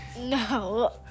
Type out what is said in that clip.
No